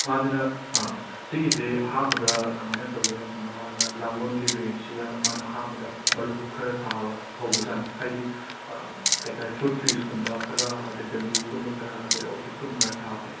ꯃꯥꯁꯤꯅ ꯑ ꯁꯤꯒꯤꯁꯦ ꯑꯍꯥꯟꯕꯗ ꯀꯃꯥꯏꯅ ꯇꯧꯒꯦ ꯃꯇꯝꯗ ꯃꯥꯅ ꯂꯥꯡꯒꯣꯜꯒꯤ ꯔꯦꯟꯖꯁꯤꯗ ꯃꯥꯅ ꯑꯍꯥꯟꯕꯗ ꯃꯔꯨ ꯈꯔ ꯊꯥꯕ ꯍꯧꯕꯖꯥꯠꯅꯦ ꯍꯥꯏꯗꯤ ꯑ ꯀꯔꯤ ꯍꯥꯏꯇꯥꯔꯦ ꯐ꯭ꯔꯨꯠ ꯇ꯭ꯔꯤꯁꯀꯨꯝꯕ ꯈꯔ ꯑꯗꯩ ꯕꯦꯝꯕꯨꯒꯨꯝꯕ ꯈꯔ ꯑꯗꯩ ꯑꯣꯔꯀꯤꯠꯀꯨꯝꯕ ꯈꯔ ꯊꯥꯕꯅꯦꯕ